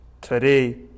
today